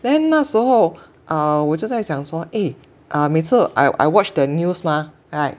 then 那时候啊我就在想说 eh 啊每次 I I watch the news mah right